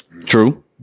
True